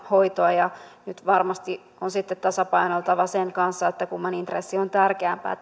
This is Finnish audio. hoitoa ja nyt varmasti on sitten tasapainoiltava sen kanssa kumman intressi on tärkeämpää